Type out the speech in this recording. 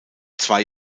zwei